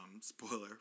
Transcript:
spoiler